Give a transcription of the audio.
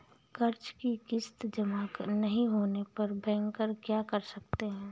कर्ज कि किश्त जमा नहीं होने पर बैंकर क्या कर सकते हैं?